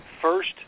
first